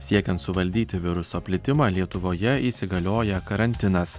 siekiant suvaldyti viruso plitimą lietuvoje įsigalioja karantinas